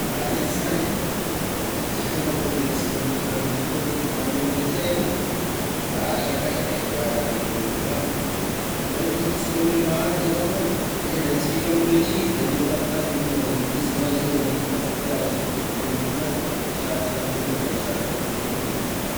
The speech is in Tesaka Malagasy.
Izy zany e, satria manko ohatry ka aniasika oe ame toeragny mandoaky ohatry mahandro amin'hitay anao, da asakasaky sa oa e famelomagn'afo, ka raha ohatry ka aniasika oe mahandro zany anao ndre da aniasika efa mirehatry igny izy da mety tampotampoky eo tonga da mibizigny oazy eo gn'anian'ny afo, izà zasy e prôblemo aminazy, saroty fandrahoa sady sarotry famelomagn'afo.